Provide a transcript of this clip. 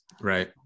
Right